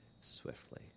swiftly